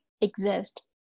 exist